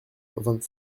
vingt